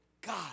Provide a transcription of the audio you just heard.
God